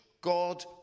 God